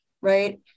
right